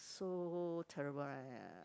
so terrible